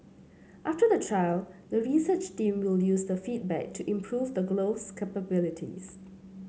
after the trial the research team will use the feedback to improve the glove's capabilities